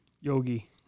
Yogi